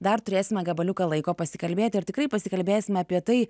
dar turėsime gabaliuką laiko pasikalbėti ir tikrai pasikalbėsime apie tai